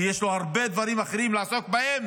כי יש לו הרבה דברים אחרים לעסוק בהם